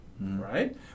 Right